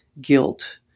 guilt